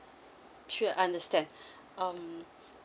sure understand um